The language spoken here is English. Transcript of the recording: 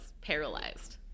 paralyzed